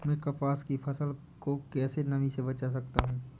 मैं कपास की फसल को कैसे नमी से बचा सकता हूँ?